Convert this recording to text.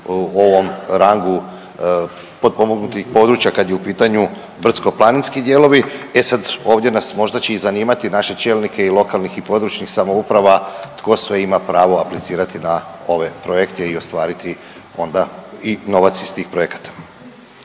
u ovom rangu potpomognutih područja kad je u pitanju Brdsko-planinski dijelovi. E sad ovdje nas možda će i zanimati naše čelnike i lokalnih i područnih samouprava tko sve ima pravo aplicirati na ove projekte i ostvariti onda i novac iz tih projekata.